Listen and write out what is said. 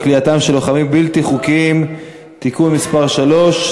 כליאתם של לוחמים בלתי חוקיים (תיקון מס' 3),